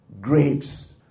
Grapes